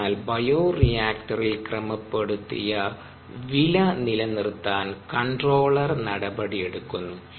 അതിനാൽ ബയോറിയാക്റ്ററിൽ ക്രമപ്പെടുത്തിയ താപനില നിലനിർത്താൻ കൺട്രോളർ നടപടി എടുക്കുന്നു